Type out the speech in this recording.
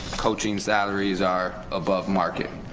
coaching salaries are above market,